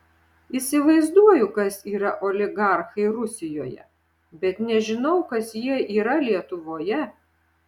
įsivaizduoju kas yra oligarchai rusijoje bet nežinau kas jie yra lietuvoje